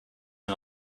hij